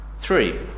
Three